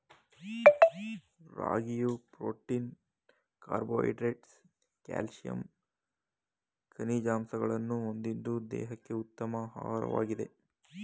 ರಾಗಿಯು protein carbohydrates calcium ಖನಿಜಾಂಶಗಳನ್ನು ಹೊಂದಿದ್ದು ದೇಹಕ್ಕೆ ಉತ್ತಮ ಆಹಾರವಾಗಿದೆ